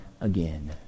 again